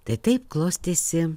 tai taip klostėsi